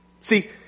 See